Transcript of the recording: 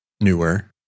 newer